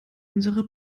unsere